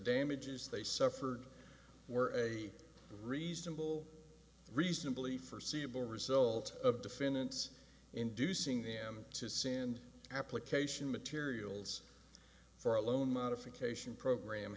damages they suffered were a reasonable reasonably forseeable result of defendants inducing them to send application materials for a loan modification program